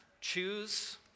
choose